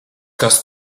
kas